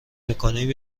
میکنیم